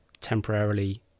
temporarily